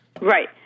Right